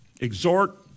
Exhort